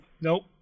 Nope